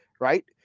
right